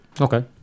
Okay